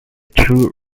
true